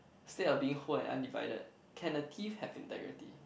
instead of being whole and undivided can a thief have integrity